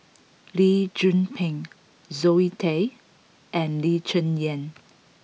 Lee Tzu Pheng Zoe Tay and Lee Cheng Yan